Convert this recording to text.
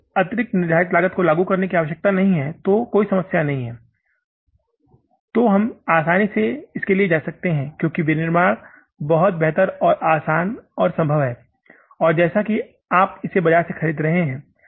यदि अतिरिक्त निर्धारित लागत को लागू करने की आवश्यकता नहीं है तो कोई समस्या नहीं है तो हम आसानी से इसके लिए जा सकते हैं क्योंकि विनिर्माण बहुत बेहतर और आसान और संभव है और जैसा कि आप इसे बाजार से खरीद रहे हैं